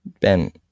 Ben